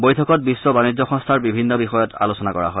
বৈঠকত বিশ্ব বানিজ্য সংস্থাৰ বিভিন্ন বিষয়ত আলোচনা কৰা হয়